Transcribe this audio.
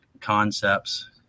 concepts